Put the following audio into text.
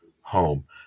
home